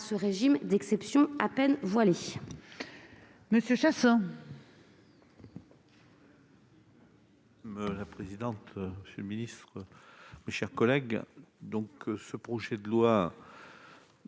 ce régime d'exception à peine voilé.